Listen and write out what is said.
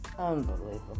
Unbelievable